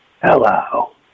Hello